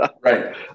Right